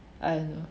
I don't know